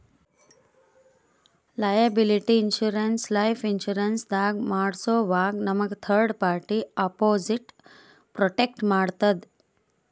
liability insurance life insurance ದಾಗ್ ಮಾಡ್ಸೋವಾಗ್ ನಮ್ಗ್ ಥರ್ಡ್ ಪಾರ್ಟಿ ಅಪೊಸಿಟ್ ಪ್ರೊಟೆಕ್ಟ್ ಮಾಡ್ತದ್